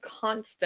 constant